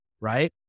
right